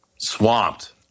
Swamped